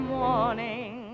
morning